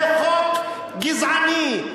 זה חוק גזעני,